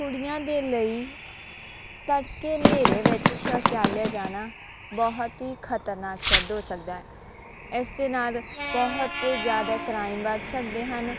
ਕੁੜੀਆਂ ਦੇ ਲਈ ਤੜਕੇ ਹਨੇਰੇ ਵਿੱਚ ਸ਼ੌਚਾਲਿਆ ਜਾਣਾ ਬਹੁਤ ਹੀ ਖਤਰਨਾਕ ਸਿੱਧ ਹੋ ਸਕਦਾ ਇਸ ਦੇ ਨਾਲ ਬਹੁਤ ਜਿਆਦਾ ਕ੍ਰਾਈਮ ਵੱਧ ਸਕਦੇ ਹਨ